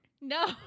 No